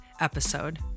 episode